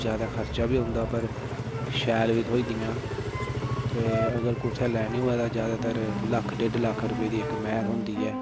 ज्यादा खर्चा बी होंदा पर शैल बी थ्होई जंदियां ते अगर कुतै लैनी होए ते लक्ख इक लक्ख रपेऽ दी इक्क मैह् थ्होंदी ऐ